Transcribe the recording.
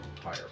higher